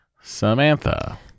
Samantha